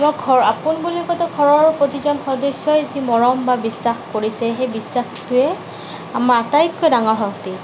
ঘৰৰ আপোন বুলি কওঁতে ঘৰৰ প্ৰতিজন সদস্যই মৰম বা বিশ্বাস কৰিছে সেই বিশ্বাসটোৱেই আমাৰ আটাইতকৈ ডাঙৰ শক্তি